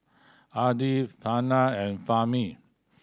Adi Hana and Fahmi